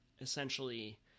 essentially